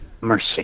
Mercy